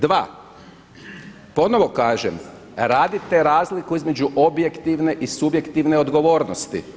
Dva, ponovo kažem radite razliku između objektivne i subjektivne odgovornosti.